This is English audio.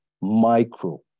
micro